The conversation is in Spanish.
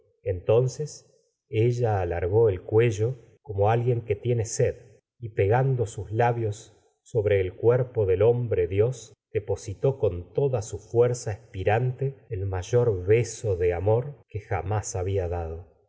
entonces ella alargó el cuello como alguien que tiene sed y pegando sus labios sobre el cuer po del hombre-dios depositó con toda su fuerza espirante el mayor cbeso o de amor que jamás ha bía dado